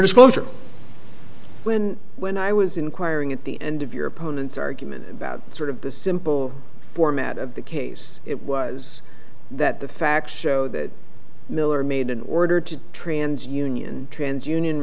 disclosure when when i was inquiring at the end of your opponents argument about sort of the simple format of the case it was that the facts show that miller made an order to trans union trans union